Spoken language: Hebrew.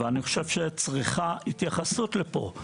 אני חושב שצריכה התייחסות לפה.